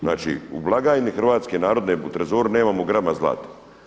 Znači u blagajni Hrvatske narodne, u trezoru nemamo grama zlata.